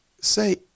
say